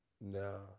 No